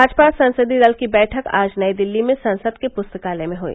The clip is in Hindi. भाजपा संसदीय दल की बैठक आज नई दिल्ली में संसद के पुस्तकालय में हुई